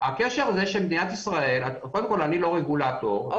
קודם כל אני לא רגולטור,